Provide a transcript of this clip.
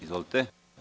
Izvolite.